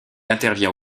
intervient